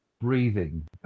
breathing